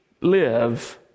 live